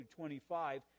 25